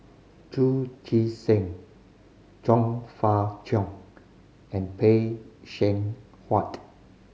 Chu Chee Seng Chong Fah Cheong and Phay Seng Whatt